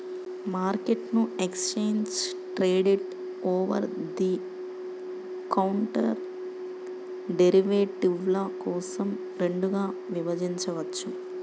మార్కెట్ను exchange traded, over the counter డెరివేటివ్ల కోసం రెండుగా విభజించవచ్చు